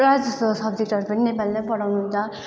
प्रायः जसो सब्जेक्टहरू पनि नेपालीमै पढाउनुहुन्छ